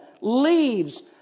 leaves